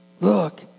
Look